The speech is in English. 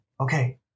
Okay